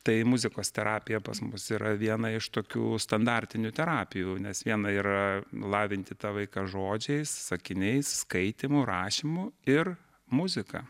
tai muzikos terapija pas mus yra viena iš tokių standartinių terapijų nes viena yra lavinti tą vaiką žodžiais sakiniais skaitymu rašymu ir muzika